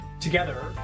together